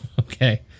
okay